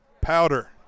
powder